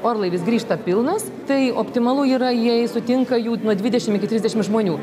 orlaivis grįžta pilnas tai optimalu yra jei sutinka jau nuo dvidešim iki trisdešim žmonių